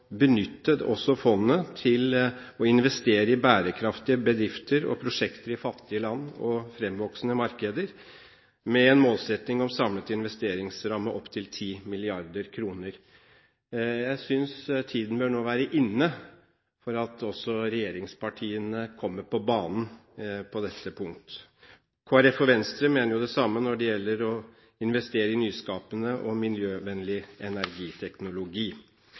fondet til å investere i bærekraftige bedrifter og prosjekter i fattige land og fremvoksende markeder, med en målsetting om samlet investeringsramme opp til 10 mrd. kr. Jeg synes nå tiden bør være inne for at også regjeringspartiene kommer på banen på dette punkt. Kristelig Folkeparti og Venstre mener det samme når det gjelder å investere i nyskapende og miljøvennlig energiteknologi.